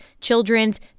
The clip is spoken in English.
Children's